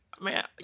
man